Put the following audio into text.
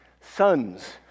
sons